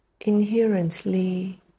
inherently